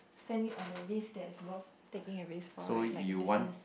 spending on the risk there is worth taking a risk for right like business